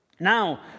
Now